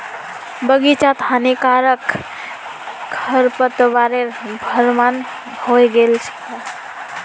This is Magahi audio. बग़ीचात हानिकारक खरपतवारेर भरमार हइ गेल छ